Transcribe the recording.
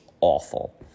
awful